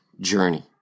journey